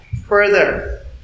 further